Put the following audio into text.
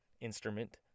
instrument